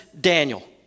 Daniel